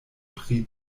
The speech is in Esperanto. pri